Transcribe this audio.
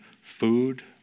food